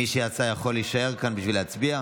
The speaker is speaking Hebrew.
מי שיצא, יכול להישאר כאן בשביל להצביע.